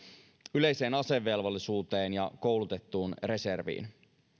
yleiseen asevelvollisuuteen ja koulutettuun reserviin